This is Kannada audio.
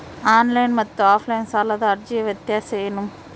ಆನ್ಲೈನ್ ಮತ್ತು ಆಫ್ಲೈನ್ ಸಾಲದ ಅರ್ಜಿಯ ವ್ಯತ್ಯಾಸ ಏನು?